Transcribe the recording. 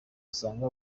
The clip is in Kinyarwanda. usanga